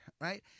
Right